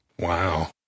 Wow